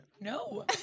No